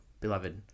beloved